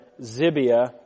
Zibia